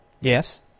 Yes